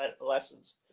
lessons